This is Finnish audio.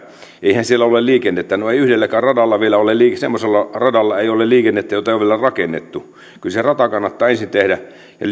eihän siellä ole liikennettä no ei yhdelläkään semmoisella radalla vielä ole liikennettä jota ei ole vielä rakennettu kyllä se rata kannattaa ensin tehdä eli luoda